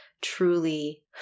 truly